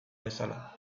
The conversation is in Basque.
bezala